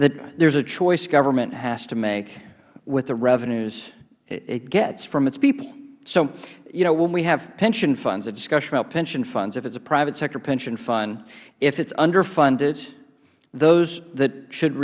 there is a choice government has to make with the revenues it gets from its people so when we have pension funds a discussion about pension funds if it is a private sector pension fund if it is underfunded those that should